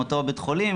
מאותו בית חולים,